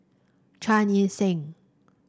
Chan Chee Seng